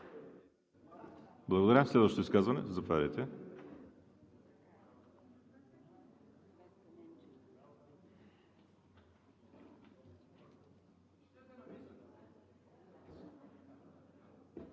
Благодаря. Следващо изказване? Заповядайте.